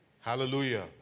Hallelujah